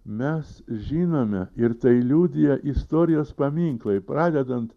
mes žinome ir tai liudija istorijos paminklai pradedant